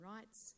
Rights